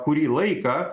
kurį laiką